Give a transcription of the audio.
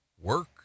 work